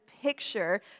picture